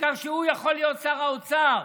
העיקר שהוא יכול להיות שר האוצר.